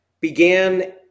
began